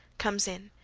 comes in,